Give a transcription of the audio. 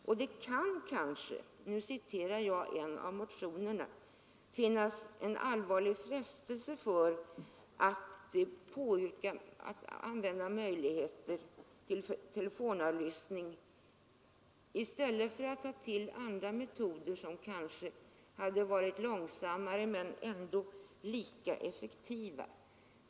Och det kan — nu yttrar jag mig med utgångspunkt i en av motionerna — finnas en allvarlig frestelse att utnyttja möjligheter till telefonavlyssning i stället för att ta till andra metoder, som kanske hade varit långsammare men ändå lika effektiva.